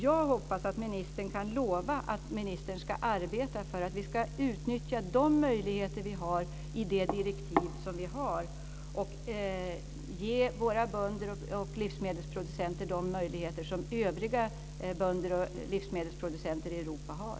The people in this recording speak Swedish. Jag hoppas att ministern kan lova att ministern ska arbeta för att vi ska utnyttja de möjligheter vi har i de direktiv vi har och ge våra bönder och livsmedelsproducenter de möjligheter som övriga bönder och livsmedelsproducenter i Europa har.